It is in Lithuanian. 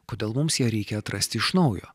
kodėl mums ją reikia atrasti iš naujo